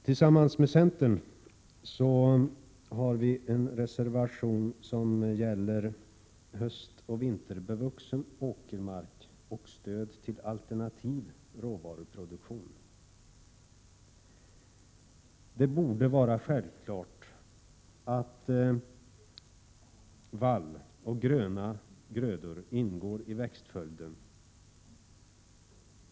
Tillsammans med centern har vi också en reservation som gäller höstoch vinterbevuxen åkermark och stöd till alternativ råvaruproduktion, Det borde vara självklart att vallväxter och gröna grödor ingår i växtföljden.